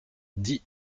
dit